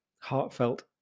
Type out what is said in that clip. heartfelt